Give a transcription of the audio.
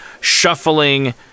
shuffling